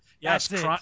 Yes